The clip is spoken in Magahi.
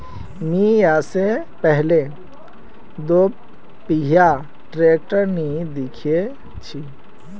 मी या से पहले दोपहिया ट्रैक्टर नी देखे छी